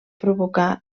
provocar